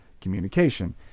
communication